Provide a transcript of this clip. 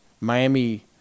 Miami